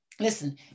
Listen